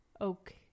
oak